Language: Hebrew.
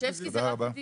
שרשבסקי זה רק לדיור.